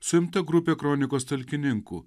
suimta grupė kronikos talkininkų